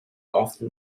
often